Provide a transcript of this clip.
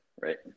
right